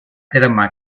terme